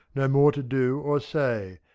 no more to do or say.